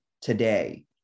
today